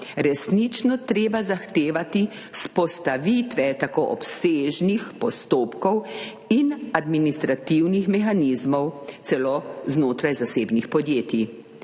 resnično treba zahtevati vzpostavitve tako obsežnih postopkov in administrativnih mehanizmov celo znotraj zasebnih podjetij.